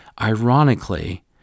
Ironically